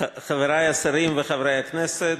חברי השרים וחברי הכנסת,